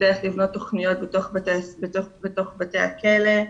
נצטרך לבנות תוכניות בתוך בתי הכלא,